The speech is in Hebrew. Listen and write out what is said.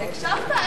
הקשבת?